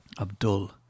Abdul